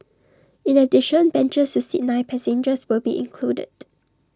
in addition benches seat nine passengers will be included